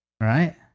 Right